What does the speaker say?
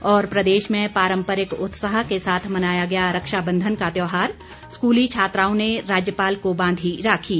और प्रदेश में पारम्परिक उत्साह के साथ मनाया गया रक्षाबंधन का त्योहार स्कूली छात्राओं ने राज्यपाल को बांधी राखी